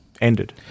ended